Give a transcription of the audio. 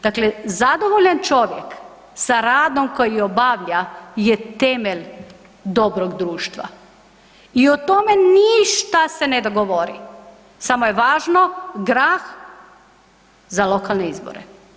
Dakle, zadovoljan čovjek sa radom koji obavlja je temelj dobrog društva i o tome ništa se ne dogovori, samo je važno grah za lokalne izbore.